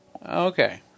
Okay